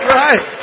right